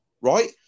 right